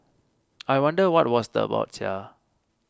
I wonder what was that about Sia